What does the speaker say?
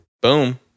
Boom